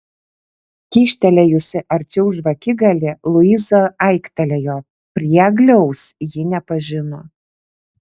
kyštelėjusi arčiau žvakigalį luiza aiktelėjo priegliaus ji nepažino